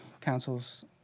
Council's